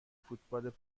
فوتبال